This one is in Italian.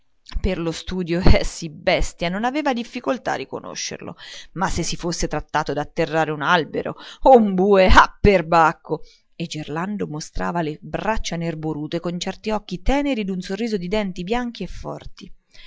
per lo studio eh sì bestia non aveva difficoltà a riconoscerlo ma se si fosse trattato d'atterrare un albero un bue eh perbacco e gerlando mostrava le braccia nerborute con certi occhi teneri e un sorriso di denti bianchi e forti